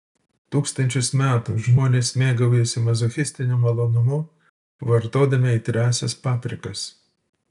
tūkstančius metų žmonės mėgaujasi mazochistiniu malonumu vartodami aitriąsias paprikas